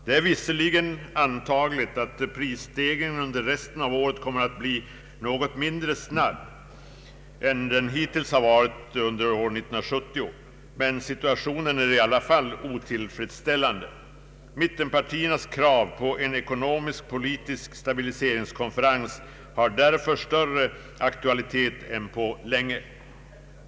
Det är visserligen antagligt att prisstegringen under resten av året kommer att bli något mindre snabb än den hittills varit under år 1970, men situationen är i alla fall otillfredsställande. Mittenpartiernas krav på en ekonomisk-politisk stabiliseringskonferens har därför större aktualitet än på länge.